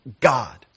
God